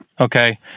Okay